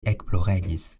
ekploregis